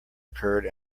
occurred